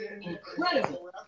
Incredible